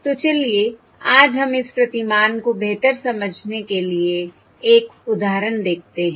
तो चलिए आज हम इस प्रतिमान को बेहतर समझने के लिए एक उदाहरण देखते हैं